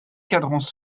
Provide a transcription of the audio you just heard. cadrans